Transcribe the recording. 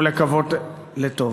ולקוות לטוב.